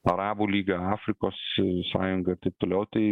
arabų lyga afrikos sąjunga ir taip toliau tau